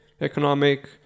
economic